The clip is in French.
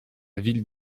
ville